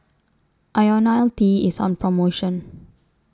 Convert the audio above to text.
Ionil T IS on promotion